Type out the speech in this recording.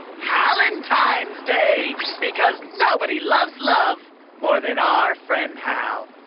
hal-entine's day, because nobody loves love more than our friend hal.